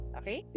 okay